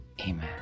Amen